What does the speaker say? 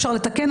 אפשר לתקן,